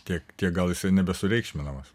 tiek tiek gal jisai nebesureikšminamas